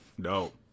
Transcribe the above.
dope